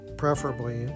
preferably